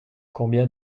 combien